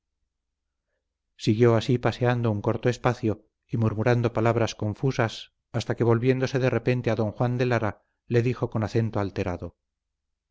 siguió así paseando un corto espacio y murmurando palabras confusas hasta que volviéndose de repente a don juan de lara le dijo con acento alterado